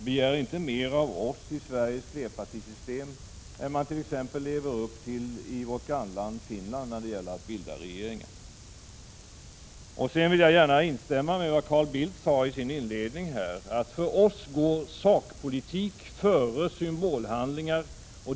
Begär inte mer av oss i Sveriges flerpartisystem än man t.ex. lever upp till i vårt grannland Finland när det gäller att bilda regeringar! Sedan vill jag gärna instämma i vad Carl Bildt sade här i sin inledning, att för oss går sakpolitik före symbolhandlingar.